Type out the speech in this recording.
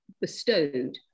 bestowed